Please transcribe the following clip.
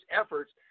efforts